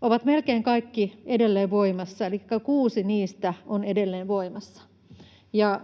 ovat melkein kaikki edelleen voimassa, elikkä kuusi niistä on edelleen voimassa.